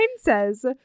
says